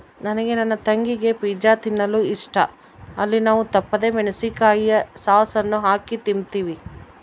ನನಗೆ ನನ್ನ ತಂಗಿಗೆ ಪಿಜ್ಜಾ ತಿನ್ನಲು ಇಷ್ಟ, ಅಲ್ಲಿ ನಾವು ತಪ್ಪದೆ ಮೆಣಿಸಿನಕಾಯಿಯ ಸಾಸ್ ಅನ್ನು ಹಾಕಿ ತಿಂಬ್ತೀವಿ